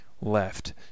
left